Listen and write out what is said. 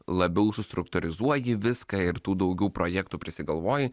labiau sustruktūrizuoji viską ir tų daugiau projektų prisigalvoji